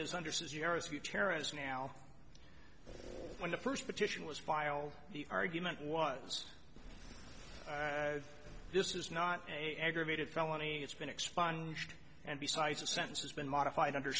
terrorists now when the first petition was filed the argument was this is not a aggravated felony it's been expunged and besides a sentence has been modified under